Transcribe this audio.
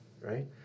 right